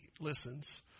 listens